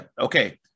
okay